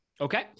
Okay